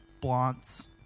blunts